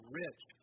rich